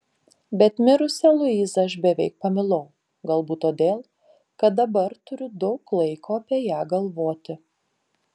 bet mirusią luizą aš beveik pamilau galbūt todėl kad dabar turiu daug laiko apie ją galvoti